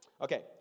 Okay